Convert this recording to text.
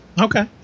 Okay